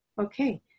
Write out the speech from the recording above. Okay